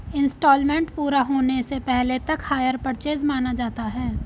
instalment पूरा होने से पहले तक हायर परचेस माना जाता है